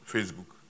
Facebook